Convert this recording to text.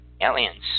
aliens